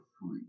free